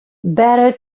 better